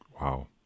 Wow